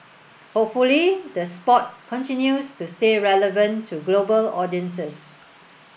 hopefully the sport continues to stay relevant to global audiences